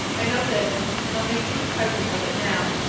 i know this and i'll make you a present of it, now,